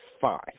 five